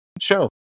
show